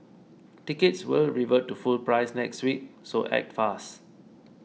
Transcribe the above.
tickets will revert to full price next week so act fast